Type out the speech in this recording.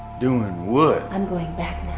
doing, what? i'm going back